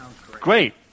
Great